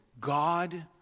God